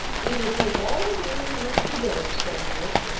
we will take all the money you want to give us, said bert,